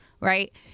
right